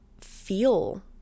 feel